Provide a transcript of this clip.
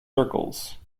circles